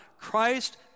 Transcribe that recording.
Christ